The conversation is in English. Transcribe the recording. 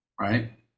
Right